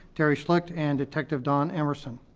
terri schlicht and detective don emerson.